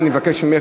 אני מבקש ממך,